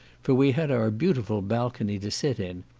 for we had our beautiful balcony to sit in.